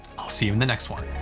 i'll see you in the next one.